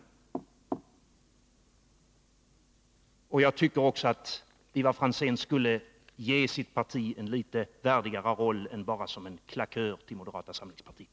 Jag tycker att Ivar Franzén skulle ge sitt parti en något värdigare roll än att bara vara klackör till moderata samlingspartiet.